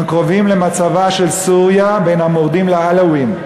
קרובים למצבה של סוריה בין המורדים לעלאווים.